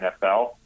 NFL